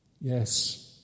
Yes